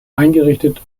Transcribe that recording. eingerichtet